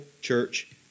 church